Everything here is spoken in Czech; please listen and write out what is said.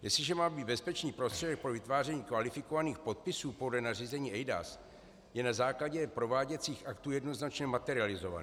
Jestliže má být bezpečný prostředek pro vytváření kvalifikovaných podpisů podle nařízení eIDAS, je na základě prováděcích aktů jednoznačně materializovaný.